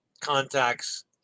Contacts